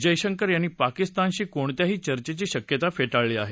जयशंकर यांनी पाकिस्तानशी कोणत्याही चर्चेची शक्यता फेटाळली आहे